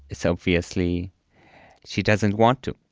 it's obviously she doesn't want to.